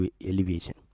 elevation